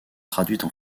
traduites